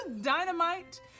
Dynamite